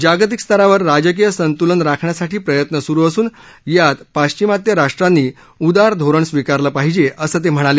जागतिक स्तरावर राजकीय संतूलन राखण्यासाठी प्रयत्न सुरु असून यात पाश्चिमात्य राष्ट्रांनी उदारधोरण स्वीकारलं पाहिजे असं ते म्हणाले